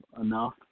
enough